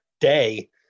day